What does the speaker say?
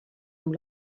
amb